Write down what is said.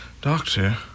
Doctor